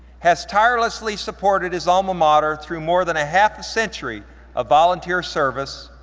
has tirelessly supported his alma mater through more than a half a century of volunteer service,